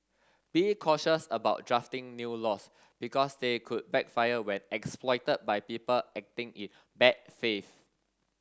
be cautious about drafting new laws because they could backfire when exploited by people acting in bad faith